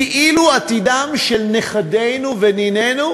כאילו עתידם של נכדינו ונינינו